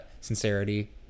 sincerity